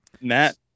Matt